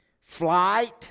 Flight